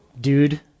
Dude